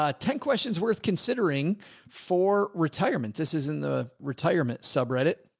ah ten questions worth considering for retirement. this is in the retirement subreddit.